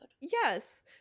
yes